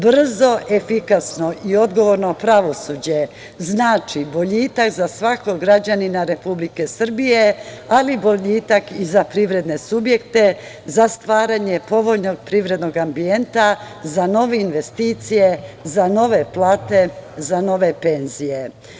Brzo, efikasno i odgovorno pravosuđe, znači boljitak za svakog građanina Republike Srbije, ali boljitak i za privredne subjekte, za stvaranje povoljnog privrednog ambijenta, za nove investicije, za nove plate, za nove penzije.